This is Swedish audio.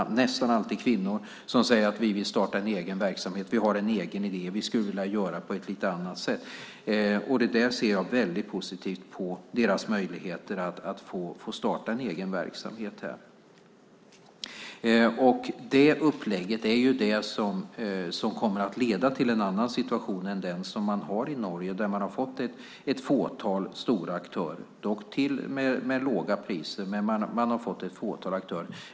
Det är nästan alltid kvinnor, som säger att de vill starta egen verksamhet, att de har en egen idé och skulle vilja göra på ett lite annat sätt. Jag ser väldigt positivt på deras möjligheter att få starta egen verksamhet. Det upplägget är det som kommer att leda till en annan situation än den man har i Norge, där man har fått ett fåtal stora aktörer, dock med låga priser.